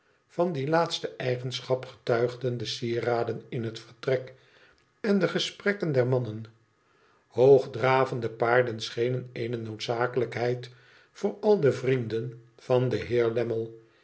van die laatste eigenschap getuigden de sieraden in het vertrek en de gesprekken der mannen hoogdravende paarden schenen eene noodzakelijkheid voor al de vrienden van den